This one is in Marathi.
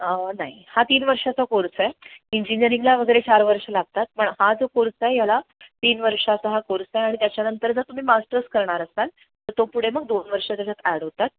नाही हा तीन वर्षाचा कोर्स आहे इंजिनिअरिंगला वगैरे चार वर्ष लागतात पण हा जो कोर्स आहे याला तीन वर्षाचा हा कोर्स आहे आणि त्याच्यानंतर जर तुम्ही मास्टर्स करणार असाल तर तो पुढे मग दोन वर्ष त्याच्यात ॲड होतात